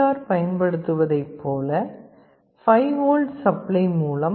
R பயன்படுத்துவதைப் போல 5V supply மூலம்